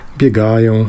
biegają